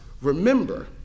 remember